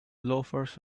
loafers